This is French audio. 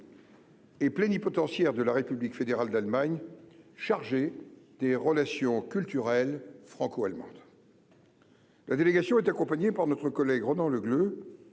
Et plénipotentiaire de la République fédérale d'Allemagne chargé des relations culturelles franco-allemande. La délégation est accompagné par notre collègue Ronan Le Gleut,